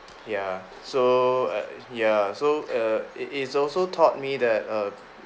ya so ya so err it is also taught me that err